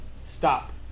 stop